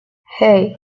hey